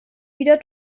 wieder